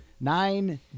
nine